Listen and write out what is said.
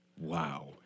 Wow